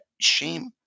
shame